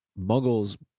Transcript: muggles